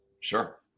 Sure